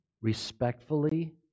respectfully